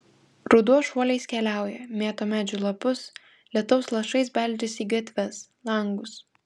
ruduo šuoliais keliauja mėto medžių lapus lietaus lašais beldžiasi į gatves langus